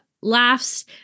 laughs